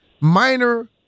minor